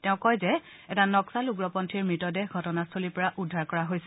তেওঁ কয় যে এটা নক্সাল উগ্ৰপন্থীৰ মৃতদেহ ঘটনাস্থলীৰ পৰা উদ্ধাৰ কৰা হৈছে